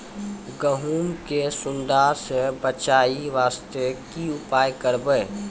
गहूम के सुंडा से बचाई वास्ते की उपाय करबै?